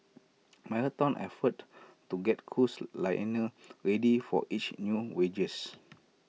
marathon effort to get cruise liner ready for each new voyages